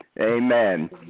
Amen